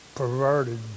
perverted